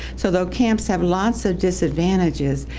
so though camps have lots of disadvantages,